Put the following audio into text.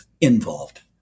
involved